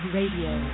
Radio